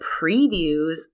previews